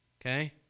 okay